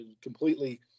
completely